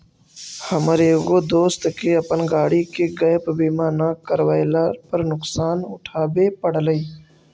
हमर एगो दोस्त के अपन गाड़ी के गैप बीमा न करवयला पर नुकसान उठाबे पड़लई